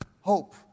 Hope